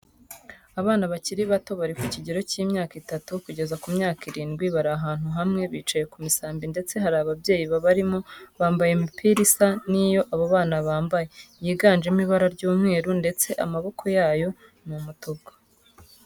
Abana bakiri bato bari mu kigero cy'imyaka itatu kugeza ku myaka irindwi bari ahantu hamwe, bicaye ku misambi ndetse hari ababyeyi babarimo bambaye imipira isa n'iyo abo bana bambaye yiganjemo ibara ry'umweru ndetse amaboko yayo ni umutuku.